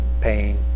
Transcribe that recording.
pain